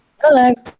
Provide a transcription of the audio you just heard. Hello